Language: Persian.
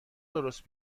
درست